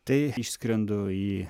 tai išskrendu į